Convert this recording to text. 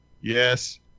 Yes